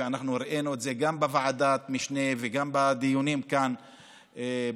ואנחנו הראינו את זה גם בוועדת המשנה וגם בדיונים כאן במליאה,